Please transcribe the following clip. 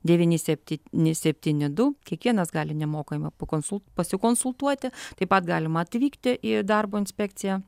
devyni septyni septyni du kiekvienas gali nemokamai pakonsul pasikonsultuoti taip pat galima atvykti į darbo inspekciją